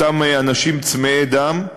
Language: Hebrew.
אותם אנשי צמאי דם,